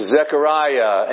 Zechariah